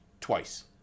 twice